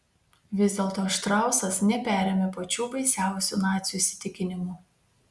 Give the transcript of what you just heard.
vis dėlto štrausas neperėmė pačių baisiausių nacių įsitikinimų